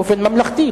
באופן ממלכתי,